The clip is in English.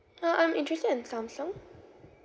uh I'm interested in samsung